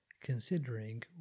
considering